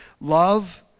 Love